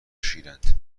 شیرند